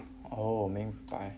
oh 明白